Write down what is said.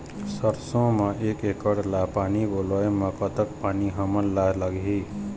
सरसों म एक एकड़ ला पानी पलोए म कतक पानी हमन ला लगही?